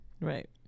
Right